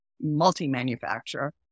multi-manufacturer